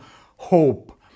hope